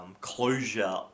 closure